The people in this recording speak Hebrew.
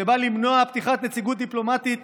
שבאה למנוע פתיחת נציגות דיפלומטית